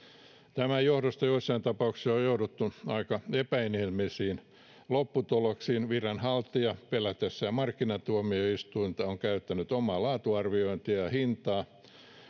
tämän johdosta joissain tapauksissa on on jouduttu aika epäinhimillisiin lopputuloksiin viranhaltija pelätessään markkinatuomioistuinta on käyttänyt omaa laatuarviointia ja hintaa